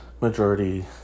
majority